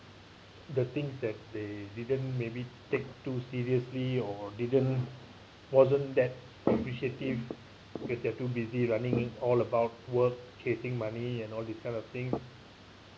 the things that they didn't maybe take too seriously or didn't wasn't that appreciative because they're too busy running all about worth chasing money and all this kind of thing